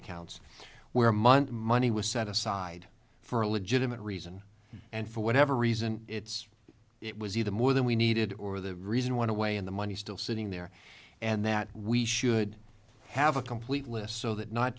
accounts where money money was set aside for a legitimate reason and for whatever reason it's it was either more than we needed or the reason want to weigh in the money is still sitting there and that we should have a complete list so that not